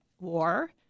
war